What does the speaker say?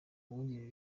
uwungirije